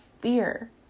fear